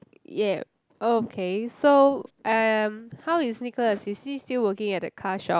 yeah oh okay so um how is Nicholas is he still working at that car shop